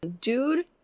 Dude